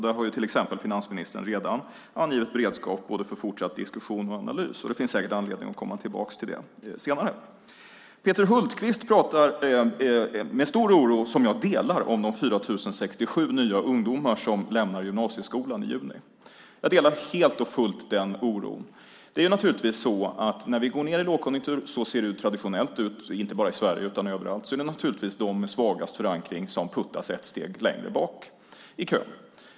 Där har till exempel finansministern redan angivit beredskap för både fortsatt diskussion och analys, och det finns säkert anledning att komma tillbaka till det senare. Peter Hultqvist pratar med stor oro, som jag delar, om de 4 067 nya ungdomar som lämnar gymnasieskolan i juni. Jag delar helt och fullt den oron. När vi går ned i lågkonjunktur - så ser det traditionellt ut, inte bara i Sverige utan överallt - är det naturligtvis de med svagast förankring som puttas ett steg längre bak i kön.